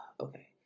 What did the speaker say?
okay